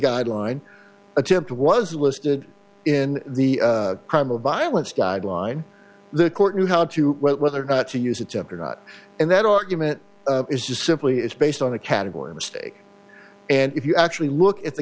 guideline attempt was listed in the crime of violence guideline the court knew how to whether or not to use attempt or not and that argument is just simply it's based on a category mistake and if you actually look at the